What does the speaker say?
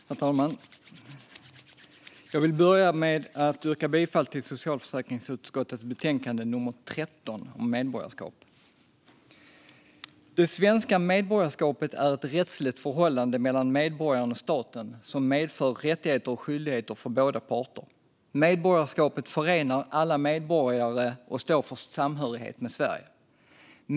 Herr talman! Jag vill börja med att yrka bifall till förslaget i socialförsäkringsutskottets betänkande nummer 13 om medborgarskap. Det svenska medborgarskapet är ett rättsligt förhållande mellan medborgaren och staten som medför rättigheter och skyldigheter för båda parter. Medborgarskapet förenar alla medborgare och står för samhörighet med Sverige.